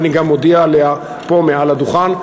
ואני גם מודיע עליה פה מעל הדוכן.